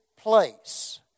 place